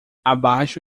abaixo